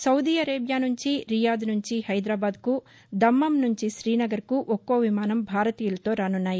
Saudi Arabia నుంచి Riyadh నుంచి హైదరాబాద్కు దమ్మమ్ నుంచి త్రీనగర్కు ఒక్కో విమాసం భారతీయులతో రానున్నాయి